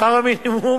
ושכר המינימום